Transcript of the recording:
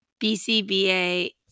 BCBA